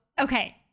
okay